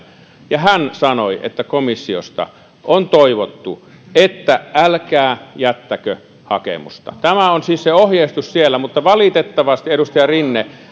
ja hän sanoi että komissiosta on toivottu että älkää jättäkö hakemusta tämä on siis se ohjeistus siellä mutta valitettavasti edustaja rinne